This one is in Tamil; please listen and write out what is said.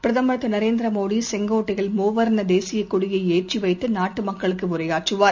பிரதமர் நரேந்திரமோடிசெங்கோட்டையில் திரு மூவர்ணதேசியகொடிஏற்றுவைத்துநாட்டுமக்களுக்குஉரையாற்றுவார்